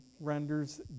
renders